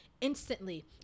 instantly